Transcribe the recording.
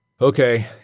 Okay